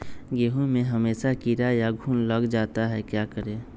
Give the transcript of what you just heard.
गेंहू में हमेसा कीड़ा या घुन लग जाता है क्या करें?